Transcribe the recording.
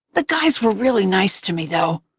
the guys were really nice to me, though.